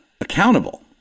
accountable